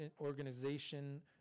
organization